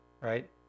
right